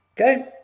Okay